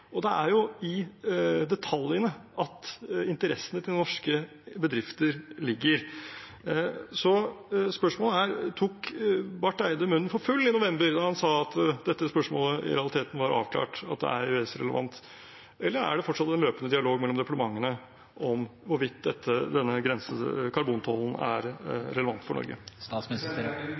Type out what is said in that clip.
Og det er jo i detaljene at interessene til norske bedrifter ligger. Spørsmålet er: Tok Barth Eide munnen for full i november, da han sa at dette spørsmålet i realiteten var avklart, at det er EØS-relevant? Eller er det fortsatt en løpende dialog mellom departementene om hvorvidt denne karbontollen er relevant for Norge?